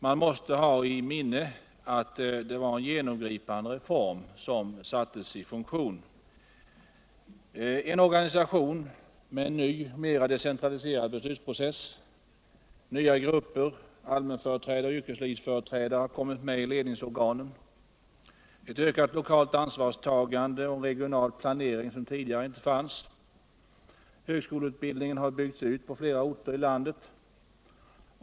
Man måste ha i minne att det var en genomgripande reform som sattes i funktion. Vi har fått en organisation med en ny och mera decentraliserad beslutsprocess. Allmänföreträdare och yrkeslivsföreträdare har kommit med i ledningsorganen. Vi har också fått ett ökat lokalt ansvarstagande och en regional planering som tidigare inte fanns. Flögskoleutbildningen har byggts ut på flera orter i landet.